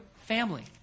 family